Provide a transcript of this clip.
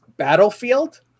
Battlefield